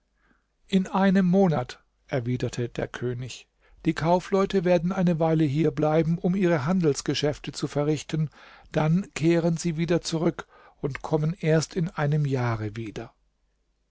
in einem monat erwiderte der könig die kaufleute werden eine weile hier bleiben um ihre handelsgeschäfte zu verrichten dann kehren sie wieder zurück und kommen erst in einem jahre wieder